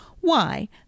Why